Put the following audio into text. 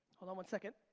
hold on one second.